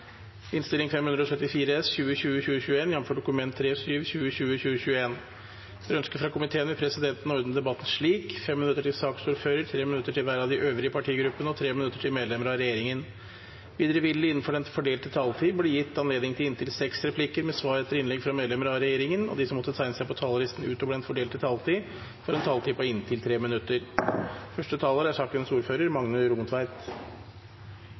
regjeringen. Videre vil det – innenfor den fordelte taletid – bli gitt anledning til inntil seks replikker med svar etter innlegg fra medlemmer av regjeringen, og de som måtte tegne seg på talerlisten utover den fordelte taletid, får også en taletid på inntil 3 minutter. At det er